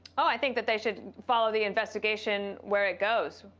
ah i think but they should follow the investigation where it goes.